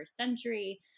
century